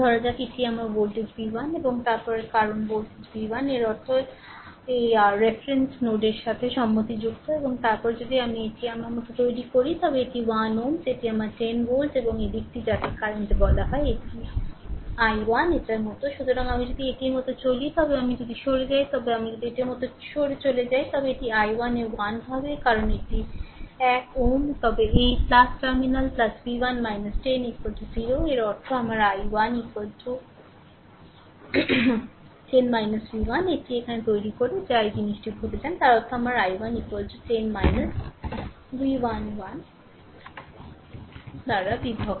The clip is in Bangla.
ধরা যাক এটি আমার ভোল্টেজ v1 এবং তারপরে কারণ ভোল্টেজ V 1 এর অর্থ এই rরেফারেন্স নোডের সাথে সম্মতিযুক্ত এবং তারপরে যদি আমি এটির মতো করে তৈরি করি তবে এটি 1 Ω এটি আমার 10 ভোল্ট এবং দিকটি যাকে কারেন্ট বলে তাকে বলা হয় i1 এটার মত সুতরাং আমি যদি এটির মতো চলি তবে আমি যদি সরে যাই তবে আমি যদি এটির মতো চলে যাই তবে এটি i1 এ 1 হবে কারণ এটি এক Ω তবে এই টার্মিনাল V 1 10 0 তার অর্থ আমার i1 হবে 10 V 1 এটি এখানে তৈরি করে যা এই জিনিসটি ভুলে যান তার অর্থ আমার i1 10 V 1 1 বাই বিভক্ত